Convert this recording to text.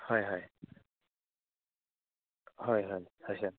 হয় হয় হয় হয় হয় ছাৰ